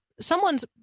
Someone's